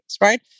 right